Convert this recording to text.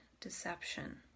deception